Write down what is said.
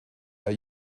are